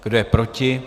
Kdo je proti?